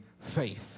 faith